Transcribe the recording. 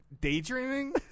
daydreaming